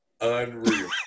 Unreal